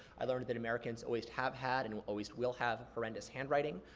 i learned that americans always have had and will always will have horrendous handwriting.